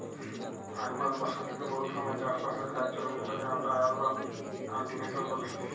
আরবাল বসতিতে বহুত সময় চাষ বাসের কাজ চলে যেটকে আমরা আরবাল কাল্টিভেশল ব্যলি